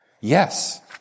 yes